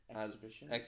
exhibition